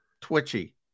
twitchy